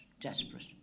Desperate